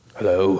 Hello